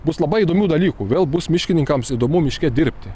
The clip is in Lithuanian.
bus labai įdomių dalykų vėl bus miškininkams įdomu miške dirbti